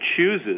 chooses